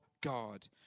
God